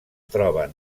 troben